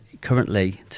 currently